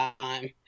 time